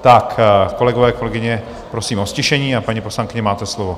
Tak, kolegové, kolegyně, prosím o ztišení, a paní poslankyně, máte slovo.